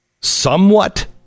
somewhat